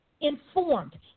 informed